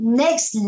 next